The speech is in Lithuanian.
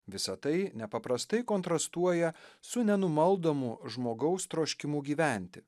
visa tai nepaprastai kontrastuoja su nenumaldomu žmogaus troškimu gyventi